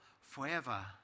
forever